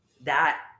that-